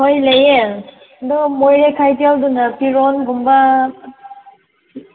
ꯍꯣꯏ ꯂꯩꯌꯦ ꯑꯗꯨ ꯃꯣꯔꯦ ꯀꯩꯊꯦꯜꯗꯨꯅ ꯐꯤꯔꯣꯟꯒꯨꯝꯕ